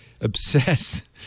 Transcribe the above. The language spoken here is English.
obsess